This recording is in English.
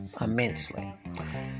immensely